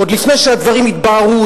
עוד לפני שהדברים התבהרו,